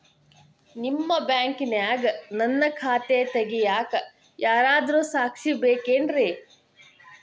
ನಿಮ್ಮ ಬ್ಯಾಂಕಿನ್ಯಾಗ ನನ್ನ ಖಾತೆ ತೆಗೆಯಾಕ್ ಯಾರಾದ್ರೂ ಸಾಕ್ಷಿ ಬೇಕೇನ್ರಿ?